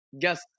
Guess